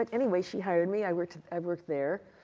but anyway, she hired me. i worked i worked there.